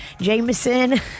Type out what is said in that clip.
jameson